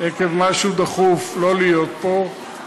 עקב משהו דחוף שלא להיות פה,